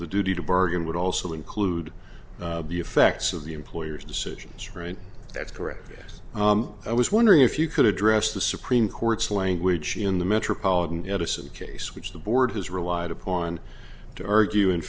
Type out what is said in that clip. the duty to bargain would also include the effects of the employer's decisions for an that's correct yes i was wondering if you could address the supreme court's language in the metropolitan edison case which the board has relied upon to argue in